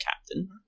captain